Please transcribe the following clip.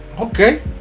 Okay